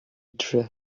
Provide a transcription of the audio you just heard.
drze